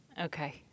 Okay